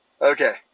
Okay